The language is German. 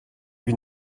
wie